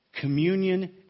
Communion